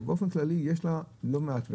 אבל באופן כללי יש לה לא מעט.